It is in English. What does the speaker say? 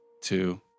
two